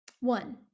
one